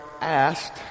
asked